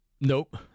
Nope